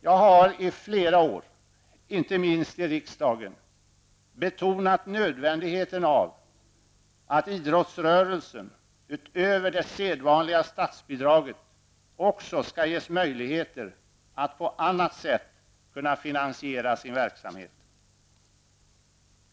Jag har i flera år, inte minst i riksdagen, betonat nödvändigheten av att idrottsrörelsen utöver det sedvanliga statsbidraget också skall ges möjligheter att på annat sätt finansiera sin verksamhet.